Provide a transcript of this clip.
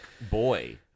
boy